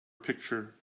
picture